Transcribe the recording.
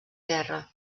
guerra